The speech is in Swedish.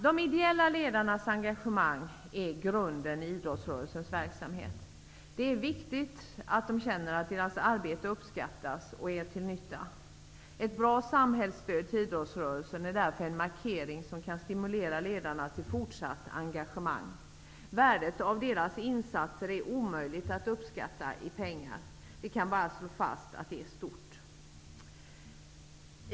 De ideella ledarnas engagemang är grunden i idrottsrörelsens verksamhet. Det är viktigt att de känner att deras arbete uppskattas och är till nytta. Ett bra samhällsstöd till idrottsrörelsen är därför en markering som kan stimulera ledarna till fortsatt engagemang. Värdet av deras insatser är omöjligt att uppskatta i pengar. Vi kan bara slå fast att det är stort.